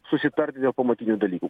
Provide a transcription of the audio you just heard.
susitarti dėl pamatinių dalykų